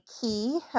key